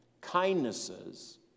kindnesses